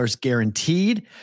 guaranteed